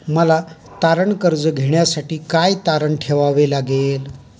मला तारण कर्ज घेण्यासाठी काय तारण ठेवावे लागेल?